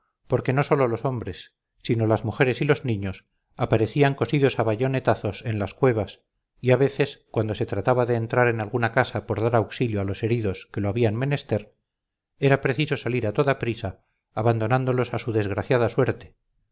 porque no sólo los hombres sino las mujeres y los niños aparecían cosidos a bayonetazos en las cuevas y a veces cuando se trataba de entrar en alguna casa por dar auxilio a los heridos que lo habían menester era preciso salir a toda prisa abandonándolos a su desgraciada suerte